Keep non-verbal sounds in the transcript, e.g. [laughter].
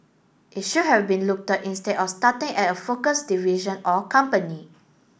it should have been [unintelligible] instead of starting at a focused division or company